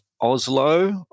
Oslo